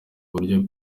uburyo